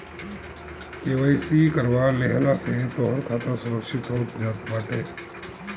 KYC करवा लेहला से तोहार खाता सुरक्षित हो जात बाटे